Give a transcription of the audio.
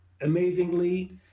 amazingly